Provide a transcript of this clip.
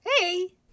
Hey